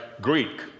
Greek